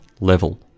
level